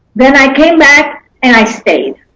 then i came back and i stayed.